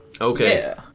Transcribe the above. Okay